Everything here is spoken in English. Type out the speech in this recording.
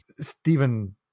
Stephen